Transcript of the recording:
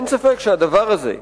אין ספק שהדבר הזה,